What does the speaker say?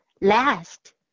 last